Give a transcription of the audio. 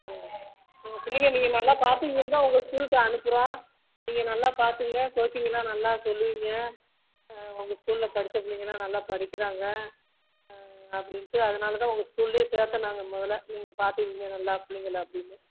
ம் எங்கள் பிள்ளைங்க நீங்கள் நல்லா பார்த்துக்குவீங்கன்னு தான் உங்கள் ஸ்கூலுக்கே அனுப்புகிறோம் நீங்கள் நல்லா பார்த்துக்குங்க கோச்சிங்க்லாம் நல்லா சொல்லுவீங்க உங்கள் ஸ்கூலில் படிச்ச பிள்ளைங்கள்லாம் நல்லா படிக்கிறாங்க அப்படின்ட்டு அதனால் தான் உங்கள் ஸ்கூல்லேயே சேர்த்த நான் முதல நீங்கள் பார்த்துக்குவீங்க நல்லா பிள்ளைங்கள அப்படின்னு